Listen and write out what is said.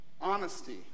Honesty